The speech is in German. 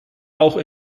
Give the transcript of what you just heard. auch